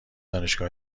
دانشگاه